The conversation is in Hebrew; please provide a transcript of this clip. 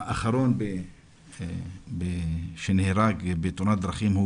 האחרון שנהרג בתאונת דרכים,